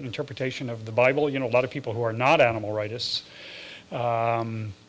an interpretation of the bible you know a lot of people who are not animal rightists